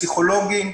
פסיכולוגים.